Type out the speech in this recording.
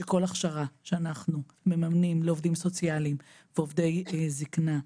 שכל הכשרה שאנחנו מממנים לעובדים סוציאליים ועובדי זקנה,